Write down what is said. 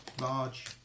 Large